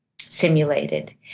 simulated